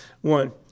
one